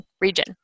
region